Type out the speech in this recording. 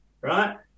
right